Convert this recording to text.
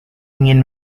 ingin